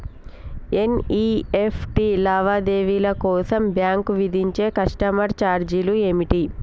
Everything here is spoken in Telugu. ఎన్.ఇ.ఎఫ్.టి లావాదేవీల కోసం బ్యాంక్ విధించే కస్టమర్ ఛార్జీలు ఏమిటి?